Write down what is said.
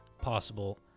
possible